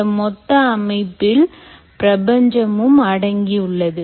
இந்த மொத்த அமைப்பில் பிரபஞ்சமும் அடங்கியுள்ளது